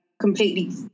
completely